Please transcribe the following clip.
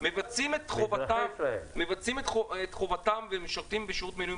מבצעים את חובתם ומשרתים בשירות מילואים